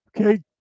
Okay